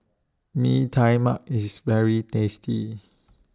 Mee Tai Mak IS very tasty